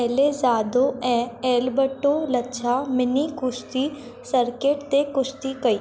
एलजादो ऐं अल्बट्टो लच्छा मिनी कुश्ती सर्किट ते कुश्ती कई